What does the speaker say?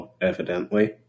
evidently